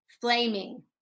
flaming